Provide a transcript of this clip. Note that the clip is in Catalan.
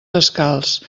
descalç